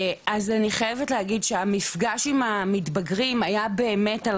אז אני חייבת להגיד שהמפגש עם המתבגרים היה באמת על